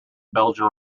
belgian